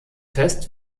fest